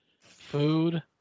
food